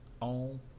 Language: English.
on